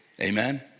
Amen